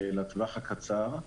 לטווח הקצר.